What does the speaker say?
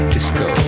Disco